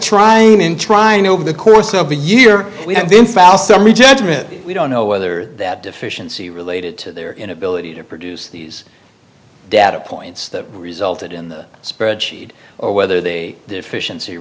trying in trying to over the course of a year we have been foul summary judgment we don't know whether that deficiency related to their inability to produce these data points that resulted in the spreadsheet or whether they deficiency